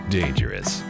dangerous